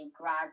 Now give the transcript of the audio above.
grad